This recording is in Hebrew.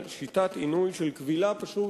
שיטת עינוי של כבילה פשוט